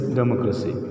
democracy